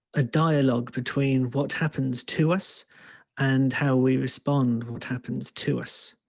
a dialogue between what happens to us and how we respond what happens to us,